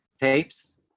tapes